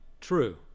true